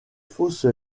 fausse